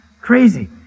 crazy